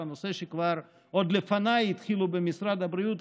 נושא שכבר לפניי התחילו לתכנן במשרד הבריאות,